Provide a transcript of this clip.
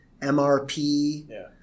MRP